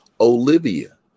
olivia